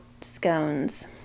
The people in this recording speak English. scones